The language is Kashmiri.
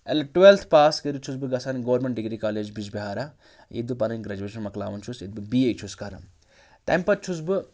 اٮ۪ل ٹوٮ۪لتھ پاس کٔرِتھ چھُس بہٕ گژھان گورمینٹ ڈِگری کالج بِجبِہارہ ییٚتہِ بہٕ پَنٕنۍ گرٮ۪جویشَن مۄکلاوان چھُس ییٚتہِ بہٕ بی اے چھُس کَران تَمہِ پَتہٕ چھُس بہٕ